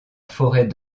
forêt